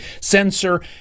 censor